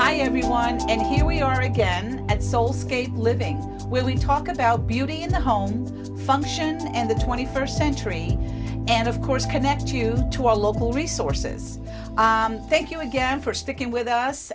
hi everyone and here we are again at soul skate living willing to talk about beauty in the home function and the twenty first century and of course connect you to our local resources i thank you again for sticking with us